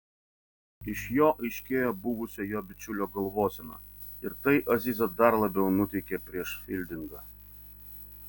iš jo aiškėjo buvusio jo bičiulio galvosena ir tai azizą dar labiau nuteikė prieš fildingą